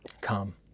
come